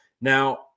Now